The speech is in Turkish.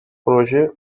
proje